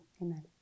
Amen